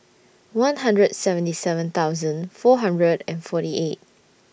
one hundred and seventy seven thousand four hundred and forty eight